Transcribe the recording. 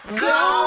Go